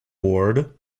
ward